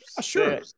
Sure